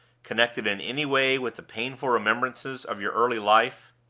connected in any way with the painful remembrances of your early life?